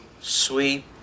sweet